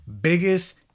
biggest